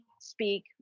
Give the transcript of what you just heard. speak